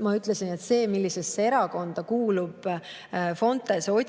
ma ütlesin, et see, millisesse erakonda kuulub Fontese otsingutiimi